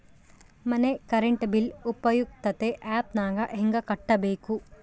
ಮನೆ current bill ಉಪಯುಕ್ತತೆ app ನಾಗ ಹೆಂಗ ಕಟ್ಟಬೇಕು?